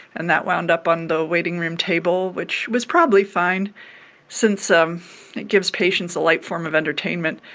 and that wound up on the waiting room table, which was probably fine since um it gives patients a light form of entertainment.